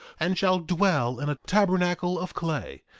and shall dwell in a tabernacle of clay,